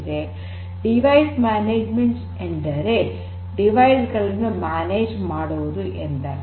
ಸಾಧನ ನಿರ್ವಹಣೆ ಎಂದರೆ ಸಾಧನಗಳನ್ನು ನಿರ್ವಹಣೆ ಮಾಡುವುದು ಎಂದರ್ಥ